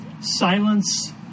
silence